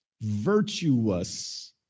virtuous